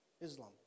Islam